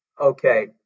okay